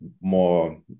more